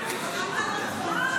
הרציונל?